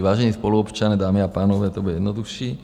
Vážení spoluobčané, dámy a pánové, to bude jednodušší.